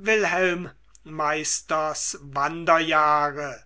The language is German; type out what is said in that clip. wilhelm meisters wanderjahre